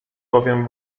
bowiem